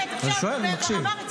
אתה מדבר על כבוד,